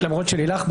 למרות שלילך,